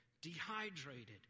dehydrated